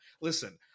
Listen